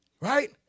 Right